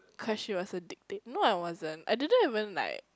cause she was a dicta~ no I wasn't I didn't even like